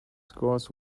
scores